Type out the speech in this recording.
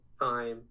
time